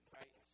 right